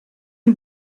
une